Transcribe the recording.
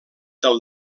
del